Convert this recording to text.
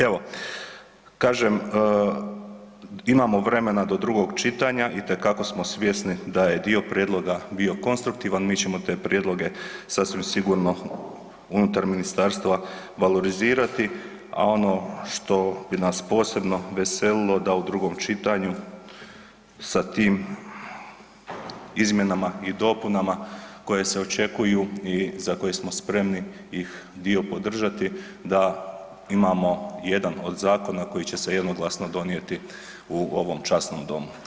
Evo, kažem, imamo vremena do drugog čitanja, itekako smo svjesni da je dio prijedloga bio konstruktivan, mi ćemo te prijedloge sasvim sigurno unutar ministarstva valorizirati, a ono što bi nas posebno veselilo, da u drugom čitanju sa tim izmjenama i dopunama koje se očekuju i za koje smo spremni ih dio podržati, da imamo jedan od zakona koji će se jednoglasno donijeti u ovom časnom Domu.